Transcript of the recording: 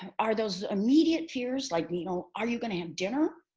are those immediate fears? like you know are you going to have dinner